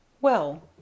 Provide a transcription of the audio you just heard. Well